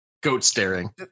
Goat-staring